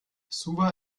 suva